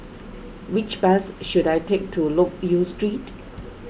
which bus should I take to Loke Yew Street